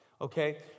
okay